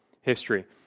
history